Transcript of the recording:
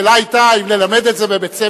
השאלה היתה אם ללמד את זה בבית-ספר.